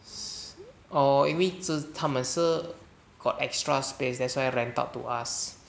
oh 因为 zhi 他们是 got extra space that's why rent up to us